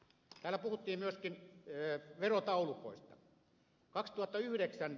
täällä puhuttiin myöskin verotaulukoista